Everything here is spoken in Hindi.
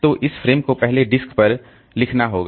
तो इस फ्रेम को पहले डिस्क पर लिखना होगा